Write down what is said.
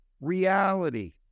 reality